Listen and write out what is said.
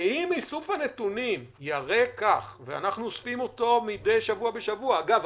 ואם איסוף הנתונים שאנחנו עושים מידי שבוע בשבוע אגב,